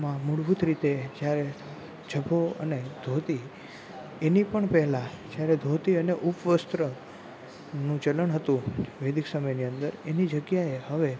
માં મૂળભૂત રીતે જ્યારે જભ્ભો અને ધોતી એની પણ પહેલા જ્યારે ધોતી અને ઉપવસ્ત્રનું ચલણ હતું વૈદિક સમયની અંદર એની જગ્યાએ હવે